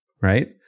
Right